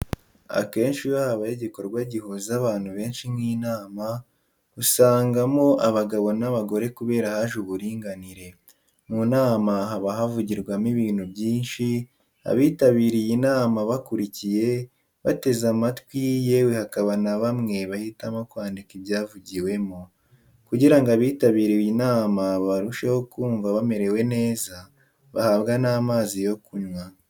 Akenshi iyo habaye igikorwa gihuza abantu benshi nk'inama, usangamo abagabo n'abagore kubera haje uburinganire. Munama haba havugirwamo ibintu byinshi, abitabiriye inama bakurikiye, bateze amatwi yewe hakaba nabamwe bahitamo kwandika ibyavugiwemo. kugirango abitabiriye inama barusheho kunva bamerewe neza, bahabwa n'amazi yo kunywa.